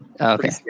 okay